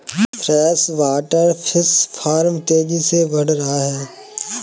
freshwater fish farm तेजी से बढ़ रहा है